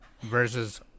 versus